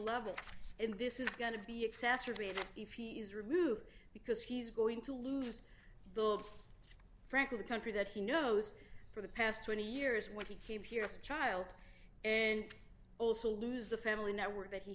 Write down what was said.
level and this is going to be exacerbated if he is removed because he's going to lose the world frankly the country that he knows for the past twenty years when he came here as a child and also lose the family network that he